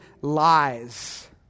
lies